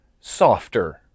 softer